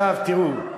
תראו,